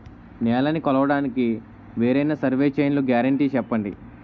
నేలనీ కొలవడానికి వేరైన సర్వే చైన్లు గ్యారంటీ చెప్పండి?